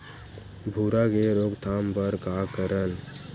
भूरा के रोकथाम बर का करन?